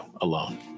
alone